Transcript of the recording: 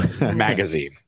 magazine